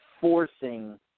forcing